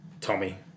Tommy